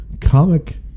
Comic